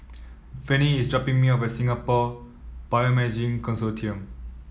Vennie is dropping me off at Singapore Bioimaging Consortium